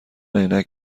عینک